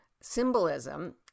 symbolism